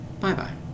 Bye-bye